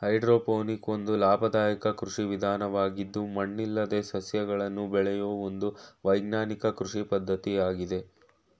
hydroponic ಒಂದು ಲಾಭದಾಯಕ ಕೃಷಿ ವಿಧಾನವಾಗಿದ್ದು ಮಣ್ಣಿಲ್ಲದೆ ಸಸ್ಯಗಳನ್ನು ಬೆಳೆಯೂ ಒಂದು ವೈಜ್ಞಾನಿಕ ಕೃಷಿ ಪದ್ಧತಿಯಾಗಿದೆ